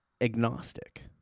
agnostic